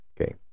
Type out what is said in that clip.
Okay